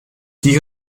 die